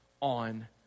on